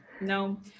No